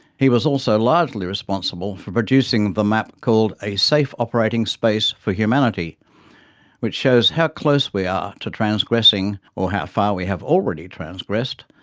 he was also largely responsible for producing the map called a safe operating space for humanity which shows how close we are to transgressing or how far we have already transgressed,